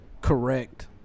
Correct